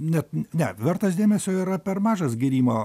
net ne vertas dėmesio yra per mažas gyrimo